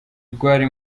rwari